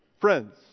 Friends